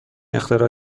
اختراع